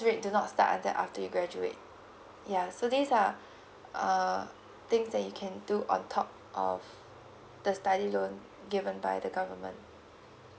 rate do not start until after you graduate ya so these are uh things that you can do on top of the study loan given by the government